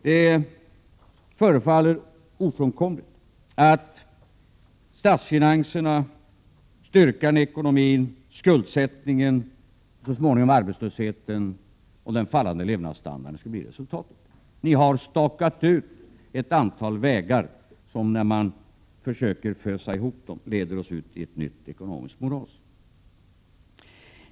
Det förefaller ofrånkomligt att statsfinanserna, styrkan i ekonomin, skuldsättningen och så småningom arbetslösheten och 'en fallande levnadsstandard skulle bli resultatet. Ni har stakat ut ett antal vägar som, när man försöker fösa ihop dem, leder oss ut i ett nytt ekonomiskt moras.